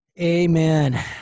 Amen